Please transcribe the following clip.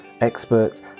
experts